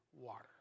water